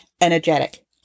energetic